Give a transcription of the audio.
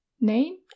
name